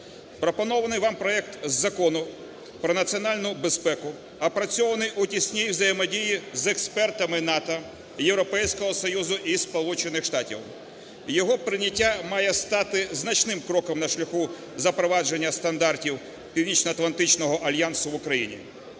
Пропонований вам проект Закону про національну безпеку опрацьований у тісній взаємодії з експертами НАТО, Європейського Союзу і Сполучених Штатів. Його прийняття має стати значним кроком на шляху запровадження стандартів Північноатлантичного альянсу в Україні.